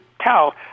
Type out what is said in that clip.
tell